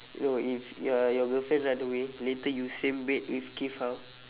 no if your your girlfriend run away later you same weight with keith how